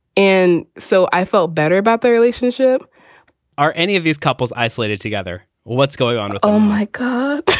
and so i felt better about the relationship are any of these couples isolated together? what's going on? oh, my god.